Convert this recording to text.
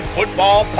Football